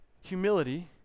humility